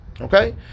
Okay